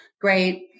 Great